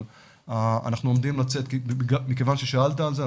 אבל מכיוון ששאלת על זה,